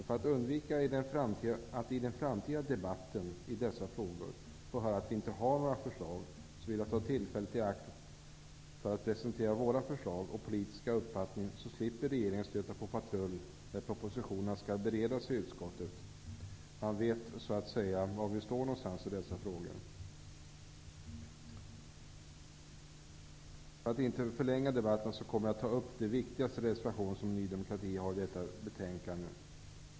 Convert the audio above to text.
För att undvika att i den framtida debatten i dessa frågor få höra att vi inte har några förslag, vill jag emellertid ta tillfället i akt och presentera våra förslag och vår politiska uppfattning; då slipper regeringen stöta på patrull när propositionerna skall beredas i utskottet. Man vet då var vi står i dessa frågor. För att inte förlänga debatten kommer jag att ta upp de viktigaste reservationerna som Ny demokrati har i detta betänkande.